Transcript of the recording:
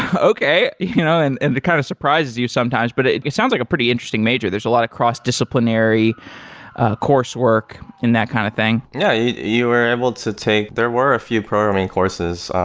ah okay. that you know and and kind of surprises you sometimes, but it sounds like a pretty interesting major. there's a lot of cross-disciplinary coursework in that kind of thing yeah. you you were able to take there were a few programming courses,